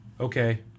okay